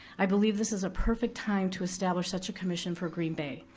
i believe this is a perfect time to establish such a commission for green bay.